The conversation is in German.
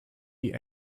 die